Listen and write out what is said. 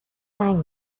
زنگ